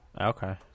Okay